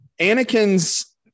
Anakin's